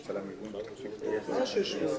כי זה סעיף מאוד חריג.